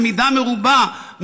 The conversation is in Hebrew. במידה מרובה,